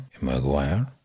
Maguire